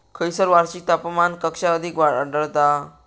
खैयसर वार्षिक तापमान कक्षा अधिक आढळता?